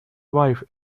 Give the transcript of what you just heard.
wife